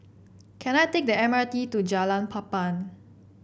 can I take the M R T to Jalan Papan